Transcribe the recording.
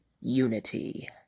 Unity